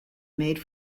made